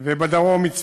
והדרום, מצפה-רמון,